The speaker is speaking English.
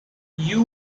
you